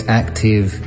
active